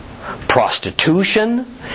prostitution